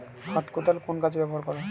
হাত কোদাল কোন কাজে ব্যবহার করা হয়?